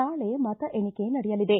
ನಾಳೆ ಮತ ಎಣಿಕೆ ನಡೆಯಲಿದೆ